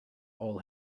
all